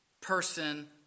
person